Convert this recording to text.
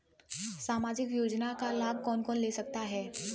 सामाजिक योजना का लाभ कौन कौन ले सकता है?